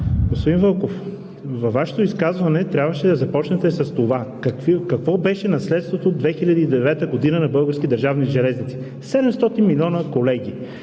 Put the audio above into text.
Господин Вълков, във Вашето изказване трябваше да започнете с това: какво беше наследството 2009 г. на „Български държавни железници“. Седемстотин милиона, колеги!